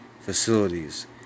facilities